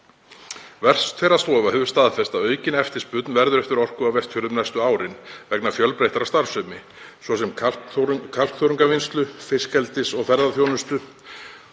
Vestfjarðastofa hefur staðfest að aukin eftirspurn verður eftir orku á Vestfjörðum næstu árin vegna fjölbreyttrar starfsemi, svo sem kalkþörungavinnslu, fiskeldis og ferðaþjónustu,